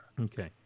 Okay